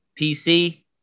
PC